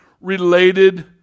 related